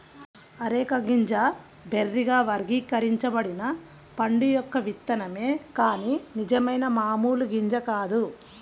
areca గింజ బెర్రీగా వర్గీకరించబడిన పండు యొక్క విత్తనమే కాని నిజమైన మామూలు గింజ కాదు